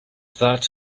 that